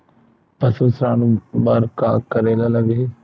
पशु ऋण बर का करे ला लगही?